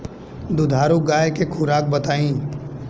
दुधारू गाय के खुराक बताई?